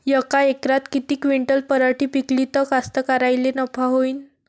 यका एकरात किती क्विंटल पराटी पिकली त कास्तकाराइले नफा होईन?